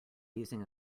using